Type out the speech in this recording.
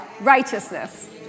Righteousness